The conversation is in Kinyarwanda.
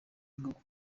ingaruka